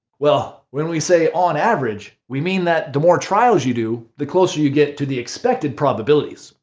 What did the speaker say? well, when we say on average we mean that the more trials you do the closer you get to the expected probabilities.